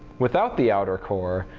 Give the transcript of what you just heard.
without the outer core,